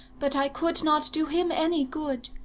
but i could not do him any good.